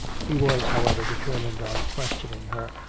he was, however, determined on questioning her,